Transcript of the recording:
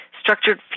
Structured